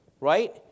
Right